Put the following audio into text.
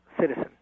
citizen